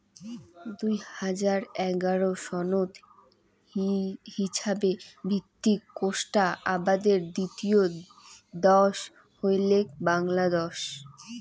দুই হাজার এগারো সনত হিছাবে ভিত্তিক কোষ্টা আবাদের দ্বিতীয় দ্যাশ হইলেক বাংলাদ্যাশ